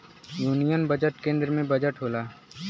union budget केन्द्र के budget होला